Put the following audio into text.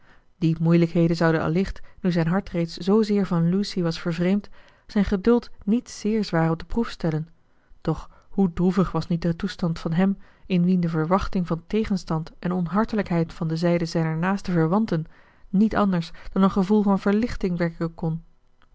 die moeilijkheden zouden allicht nu zijn hart reeds zoozeer van lucy was vervreemd zijn geduld niet zeer zwaar op de proef stellen doch hoe droevig was niet de toestand van hem in wien de verwachting van tegenstand en onhartelijkheid van de zijde zijner naaste verwanten niet anders dan een gevoel van verlichting wekken kon